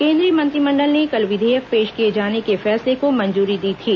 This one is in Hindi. केन्द्रीय मंत्रिमंडल ने कल विधेयक पेश किये जाने के फैसले को मंजूरी दी थी